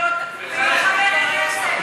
חבר כנסת.